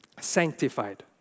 sanctified